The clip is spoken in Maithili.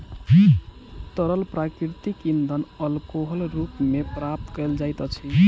तरल प्राकृतिक इंधन अल्कोहलक रूप मे प्राप्त कयल जाइत अछि